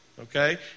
okay